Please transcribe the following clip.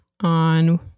on